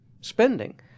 spending